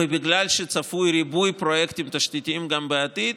ובגלל שצפוי ריבוי פרויקטים תשתיתיים גם בעתיד,